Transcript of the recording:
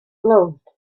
loved